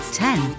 ten